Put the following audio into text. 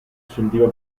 sentiva